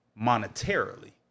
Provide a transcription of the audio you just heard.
monetarily